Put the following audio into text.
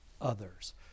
others